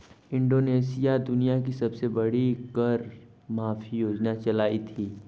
Indonesia ने दुनिया की सबसे बड़ी कर माफी योजना चलाई थी